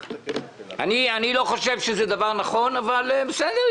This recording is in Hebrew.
אני לא חושב שזה דבר נכון אבל בסדר,